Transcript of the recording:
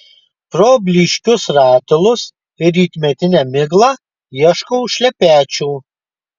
pro blyškius ratilus ir rytmetinę miglą ieškau šlepečių